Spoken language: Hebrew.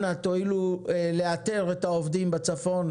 אנא תואילו לאתר את העובדים בצפון.